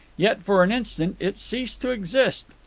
yet for an instant it ceased to exist.